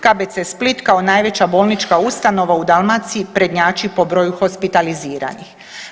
KBC Split kao najveća bolnička ustanova u Dalmaciji prednjači po broju hospitaliziranih.